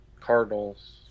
Cardinals